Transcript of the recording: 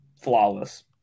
flawless